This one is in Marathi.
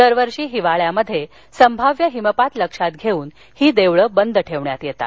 दरवर्षी हिवाळ्यात संभाव्य हिमपात लक्षात घेऊन ही देवळं बंद ठेवण्यात येतात